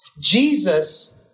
Jesus